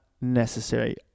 necessary